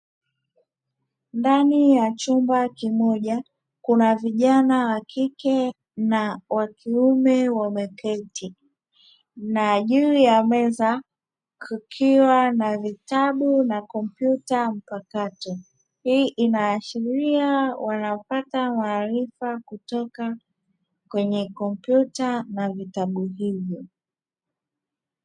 Ndani ya chumba kimoja kuna kijana wa kike na wa kiume wameketi, na juu ya meza kukiwa na vitabu na kompyuta mpakato, hii inaashiria wanapata maarifa kutoka kwenye kompyuta na vitabu hivyo.